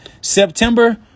September